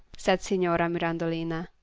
said signora mirandolina.